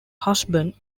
husband